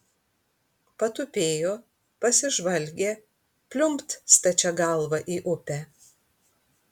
patupėjo pasižvalgė pliumpt stačia galva į upę